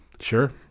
Sure